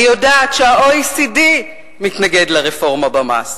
אני יודעת שה-OECD מתנגד לרפורמה במס.